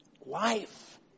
life